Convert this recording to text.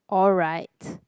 alright